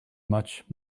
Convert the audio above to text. much